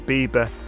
Bieber